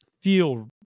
feel